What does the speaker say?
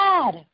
God